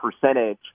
percentage